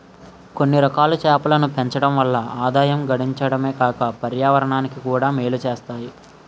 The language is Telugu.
కొన్నిరకాల చేపలను పెంచడం వల్ల ఆదాయం గడించడమే కాక పర్యావరణానికి కూడా మేలు సేత్తాయి